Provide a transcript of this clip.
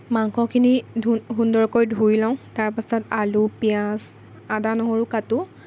মাংসখিনি সুন্দৰকৈ ধুই লওঁ তাৰপিছত আলু পিয়াঁজ আদা নহৰু কাটোঁ